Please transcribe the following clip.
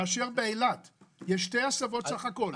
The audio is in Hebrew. באילת יש שתי הסבות בסך הכול,